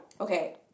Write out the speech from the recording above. okay